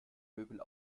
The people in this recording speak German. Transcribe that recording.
möbel